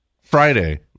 Friday